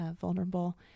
vulnerable